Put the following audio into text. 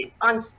on